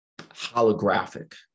holographic